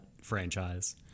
franchise